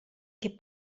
che